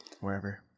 wherever